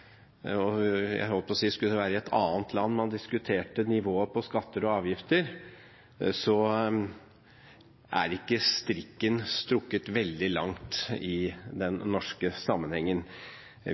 – jeg holdt på å si – ser for seg at det hadde vært i et annet land man diskuterte nivået på skatter og avgifter, er ikke strikken strukket veldig langt i norsk sammenheng.